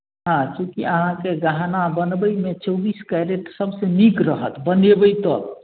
हँ चूँकि अहाँके गहना बनबैमे चौबीस कैरेट सभसँ नीक रहत बनेबै तऽ